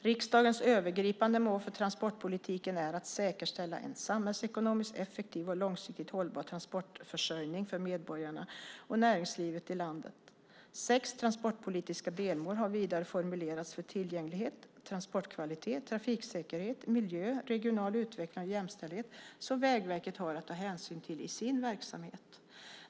Riksdagens övergripande mål för transportpolitiken är att säkerställa en samhällsekonomiskt effektiv och långsiktigt hållbar transportförsörjning för medborgarna och näringslivet i landet. Sex transportpolitiska delmål har vidare formulerats för tillgänglighet, transportkvalitet, trafiksäkerhet, miljö, regional utveckling och jämställdhet som Vägverket har att ta hänsyn till i sin verksamhet.